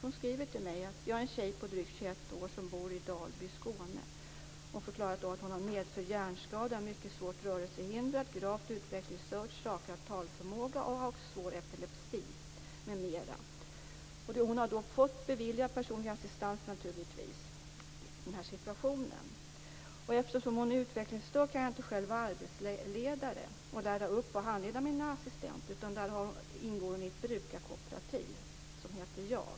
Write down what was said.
Hon skriver till mig att hon är en tjej på drygt 21 år som bor i Dalby i Skåne. Hon förklarar att hon har en medfödd hjärnskada, är mycket svårt rörelsehindrad, är gravt utvecklingsstörd, saknar talförmåga, har svår epilepsi m.m. Hon har naturligtvis fått personlig assistans beviljad i den här situationen. Eftersom hon är utvecklingsstörd kan hon inte själv vara arbetsledare och lära upp och handleda sina assistenter, utan hon ingår i ett brukarkooperativ som heter Brukarkooperativet JAG.